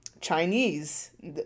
Chinese